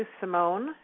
simone